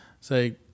Say